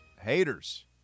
haters